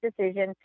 decision